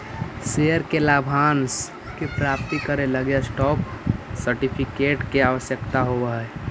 share के लाभांश के प्राप्त करे लगी स्टॉप सर्टिफिकेट के आवश्यकता होवऽ हइ